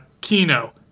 kino